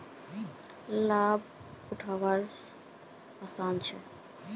IRCTC द्वारा रेल लोक बी.ओ.बी का लाभ उठा वार आसान छे